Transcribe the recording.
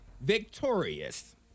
Victorious